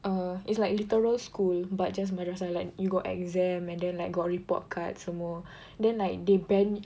err it's like literal school but just madrasah like you got exam and then like got report card semua then like they band